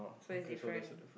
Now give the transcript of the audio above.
so is different